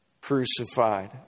crucified